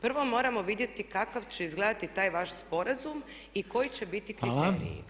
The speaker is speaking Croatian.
Prvo moramo vidjeti kakav će izgledati taj vaš sporazum i koji će biti kriteriji.